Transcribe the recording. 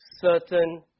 certain